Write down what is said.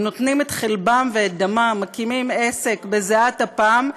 הם נותנים את חלבם ואת דמם, מקימים עסק בזעת אפם,